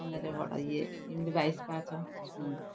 ମନରେ ବଡ଼ ଇଏ ଏମିତି ବାଇଶି ପାହାଚ ସ୍ୱୟଂ